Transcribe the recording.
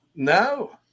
No